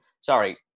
sorry